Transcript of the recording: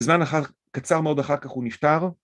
‫בזמן קצר מאוד אחר כך הוא נפטר.